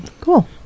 Cool